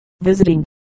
visiting